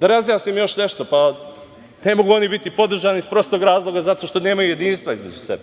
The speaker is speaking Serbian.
Da razjasnim još nešto. Ne mogu oni biti podržani iz prostog razloga zato što nemaju jedinstva između sebe.